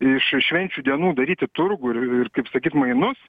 iš švenčių dienų daryti turgų ir ir kaip sakyti mainus